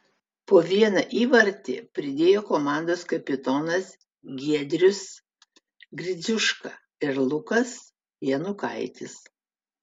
po vieną įvartį pridėjo komandos kapitonas giedrius gridziuška ir lukas janukaitis